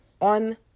on